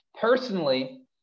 personally